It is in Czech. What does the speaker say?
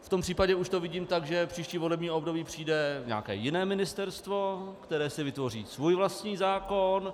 V tom případě už to vidím tak, že příští volební období přijde nějaké jiné ministerstvo, které si vytvoří svůj vlastní zákon.